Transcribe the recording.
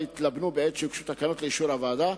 יתלבנו בעת שיוגשו תקנות לאישור הוועדה,